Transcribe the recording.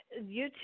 YouTube